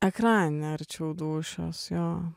ekrane arčiau dūšios jo